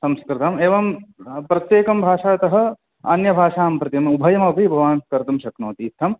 संस्कृतम् एवं प्रत्येकं भाषातः अन्यभाषां प्रति उभयमपि भवान् कर्तुं शक्नोति इत्थम्